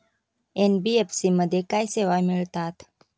NBFC मध्ये काय सेवा मिळतात?